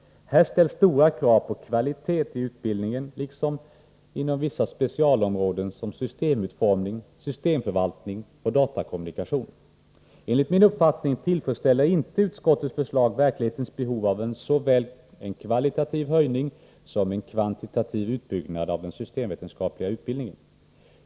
Här ställs stora krav på kvalitet i utbildningen lika väl som inom vissa specialområden, såsom systemutformning, systemförvaltning och datakommunikation. Enligt min uppfattning tillfredsställer inte utskottets förslag verklighetens behov av såväl en kvalitativ höjning som en kvantitativ utbyggnad av den systemvetenskapliga utbildningen.